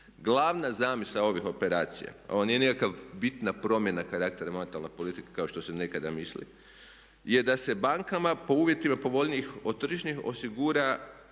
Glavna zamisao ovih operacija, ovo nije nikakav, bitna promjena karaktera monetarne politike kao što se nekada misli je da se bankama po uvjetima povoljnijih od tržišnih osigura